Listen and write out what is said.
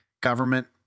government